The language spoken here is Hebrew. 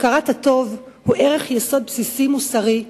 הכרת הטוב היא ערך יסוד מוסרי בסיסי,